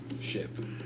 ship